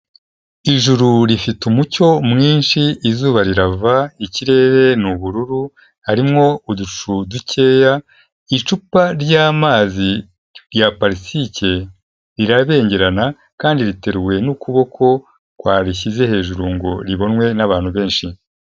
Ijuru rifite umucyo mwinshi, izuba rirava, ikirere ni ubururu, harimo uducu dukeya, icupa ry'amazi ya parasitike rirabengerana kandi riteruwe n'ukuboko kwarishyize hejuru ngo ribonwe n'abantu benshi.